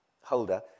holder